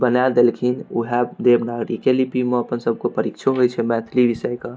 बनाय देलखिन ओएह देवनागरीके लिपिमे अपन सबके परीक्षो होइत छै मैथिली विषय कऽ